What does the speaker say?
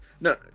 No